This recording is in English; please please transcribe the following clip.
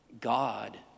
God